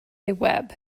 webb